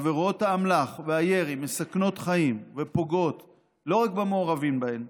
עבירות האמל"ח והירי מסכנות חיים ופוגעות לא רק במעורבים בהן,